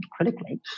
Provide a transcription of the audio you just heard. critically